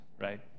right